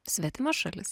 svetima šalis